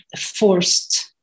forced